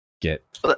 get